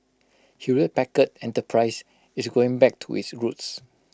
Hewlett Packard enterprise is going back to its roots